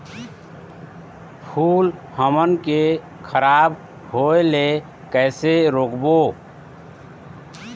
फूल हमन के खराब होए ले कैसे रोकबो?